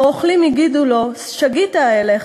והרוכלים הגידו לו: "שגיתָ, הלך.